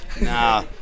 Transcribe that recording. Nah